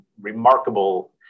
remarkable